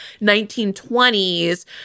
1920s